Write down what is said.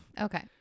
Okay